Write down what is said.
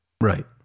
Right